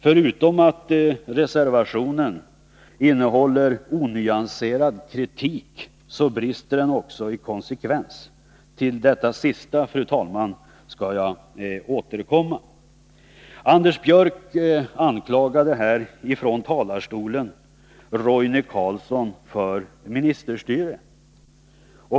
Förutom att reservationen innehåller onyanserad kritik brister den också i konsekvens. Till detta sistnämnda, fru talman, skall jag återkomma. Anders Björck anklagade här från talarstolen Roine Carlsson för ministerstyre.